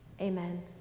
Amen